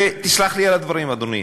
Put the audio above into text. ותסלח לי על הדברים, אדוני,